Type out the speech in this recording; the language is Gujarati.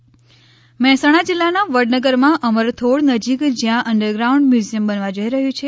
વડનગર જૂના અવશેષો મહેસાણા જિલ્લાના વડનગરમાં અમરથોળ નજીક જ્યાં અંડરગ્રાઉન્ડ મ્યુઝિયમ બનવા જઇ રહ્યું છે